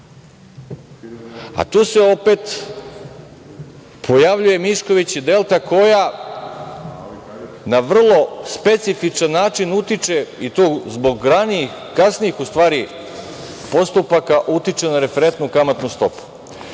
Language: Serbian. Opet se tu pojavljuje Mišković i „Delta“ koja na vrlo specifičan način, i to zbog ranijih, kasnijih u stvari postupaka, utiče na referentnu kamatnu stopu. Što